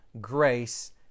grace